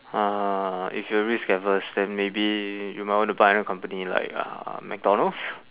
uh if you risk adverse then maybe you might want to buy a company like uh mcdonald's